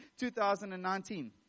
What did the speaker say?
2019